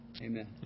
amen